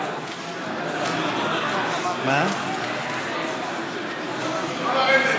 לא לרדת.